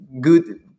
good